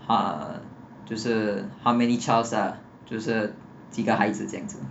ha 就是 how many childs lah 就是几个孩子这样子